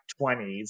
20s